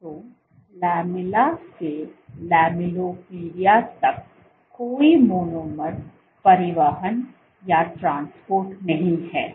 तो लैमेला से लैमेलिपोडिया तक कोई मोनोमर परिवहन नहीं है